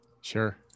Sure